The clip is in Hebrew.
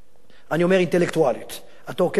אינטלקטואלית אתה עוקב אחרי הדברים שלהם.